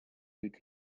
with